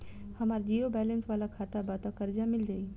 हमार zero balance वाला खाता बा त कर्जा मिल जायी?